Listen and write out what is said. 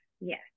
Yes